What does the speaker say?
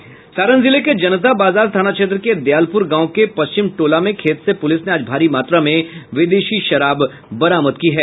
वहीं सारण जिले के जनता बाजार थाना क्षेत्र के दयालपुर गांव के पश्चिमटोला में खेत से पुलिस ने आज भारी मात्रा में विदेशी शराब बरामद किया है